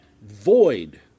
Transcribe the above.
void